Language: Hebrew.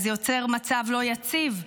וזה יוצר מצב לא יציב,